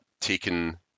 taken